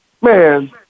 Man